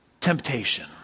temptation